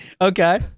okay